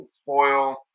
spoil